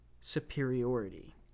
superiority